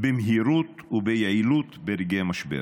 במהירות וביעילות, ברגעי משבר.